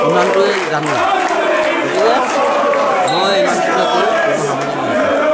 ইমানটোৱে জানো গতিকে মই ইমানটোৱে কৈ মোৰ সামৰণি মাৰিছোঁ